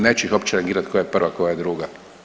Neću ih uopće rangirati koja je prva koja je druga.